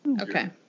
Okay